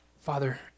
Father